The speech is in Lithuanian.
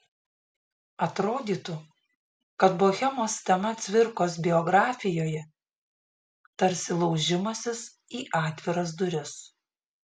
atrodytų kad bohemos tema cvirkos biografijoje tarsi laužimasis į atviras duris